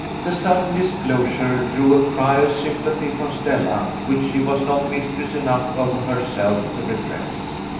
the sudden disclosure drew a cry of sympathy from stella, which she was not mistress enough of herself to repress.